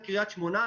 את קריית שמונה.